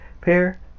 pair